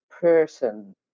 person